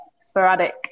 sporadic